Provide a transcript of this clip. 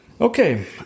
Okay